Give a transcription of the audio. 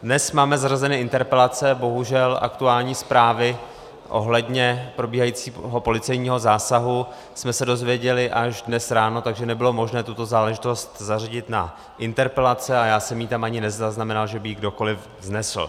Dnes máme zařazené interpelace, bohužel aktuální zprávy ohledně probíhajícího policejního zásahu jsme se dozvěděli až dnes ráno, takže nebylo možné tuto záležitost zařadit na interpelace a já jsem ani nezaznamenal, že by ji kdokoliv vznesl.